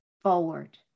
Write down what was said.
forward